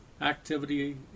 activity